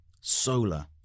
solar